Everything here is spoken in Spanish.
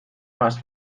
más